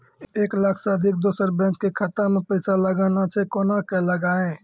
एक लाख से अधिक दोसर बैंक के खाता मे पैसा लगाना छै कोना के लगाए?